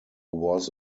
was